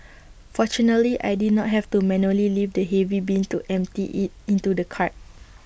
fortunately I did not have to manually lift the heavy bin to empty IT into the cart